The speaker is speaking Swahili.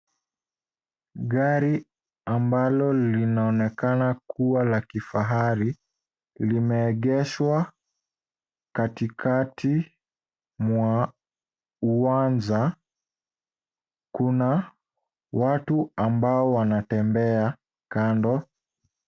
Gari ambalo linaonekana kuwa la kifahari limeegeshwa katikati mwa uwanja, kuna watu ambao wanatembea kando.